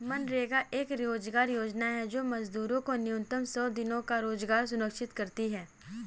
मनरेगा एक रोजगार योजना है जो मजदूरों को न्यूनतम सौ दिनों का रोजगार सुनिश्चित करती है